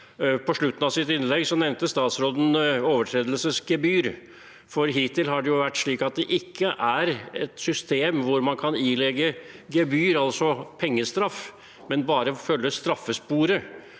På slutten av sitt innlegg nevnte statsråden overtredelsesgebyr. Hittil har det vært slik at det ikke er et system hvor man kan ilegge gebyr, altså pengestraff, men bare kan følge straffesporet.